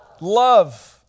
Love